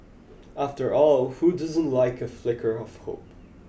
after all who doesn't like a flicker of hope